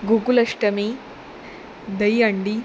Gokul Ashtami Dahi handi